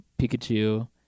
Pikachu